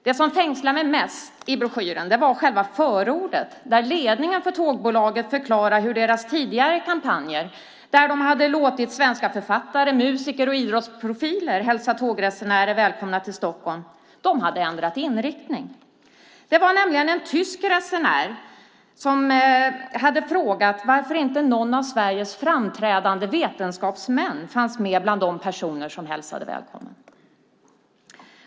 Det som fängslade mig mest i broschyren var själva förordet där ledningen för tågbolaget förklarade hur deras tidigare kampanjer, där de hade låtit svenska författare, musiker och idrottsprofiler hälsa tågresenärer välkomna till Stockholm, hade ändrat inriktning. Det var nämligen en tysk resenär som hade frågat varför inte någon av Sveriges framträdande vetenskapsmän fanns med bland de personer som hälsade välkommen.